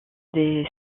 des